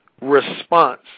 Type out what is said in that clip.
response